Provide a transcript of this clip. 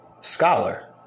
scholar